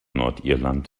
nordirland